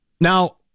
Now